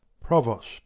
Provost